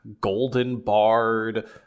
golden-barred